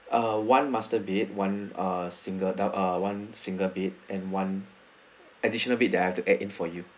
ah one master bed one ah single adul~ one single bed and one additional bed that I have to add in for you